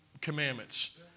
commandments